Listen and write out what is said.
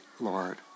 Lord